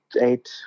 eight